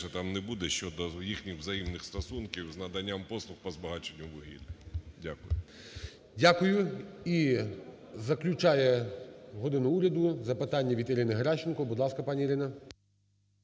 там не буде щодо їхніх взаємних стосунків з наданням послуг по збагаченню вугілля. Дякую. ГОЛОВУЮЧИЙ. Дякую. І заключає "годину Уряду" запитання від Ірини Геращенко. Будь ласка, пані Ірина.